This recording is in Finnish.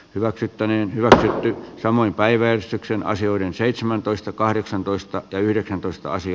hyväksyttäneen hyvä asia samoin päiväystyksen asioiden seitsemäntoista kahdeksantoista yhdeksäntoista asi